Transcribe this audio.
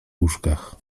łóżkach